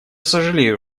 сожалею